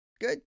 Good